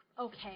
Okay